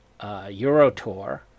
Eurotour